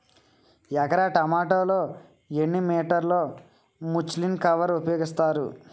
ఎకర టొమాటో లో ఎన్ని మీటర్ లో ముచ్లిన్ కవర్ ఉపయోగిస్తారు?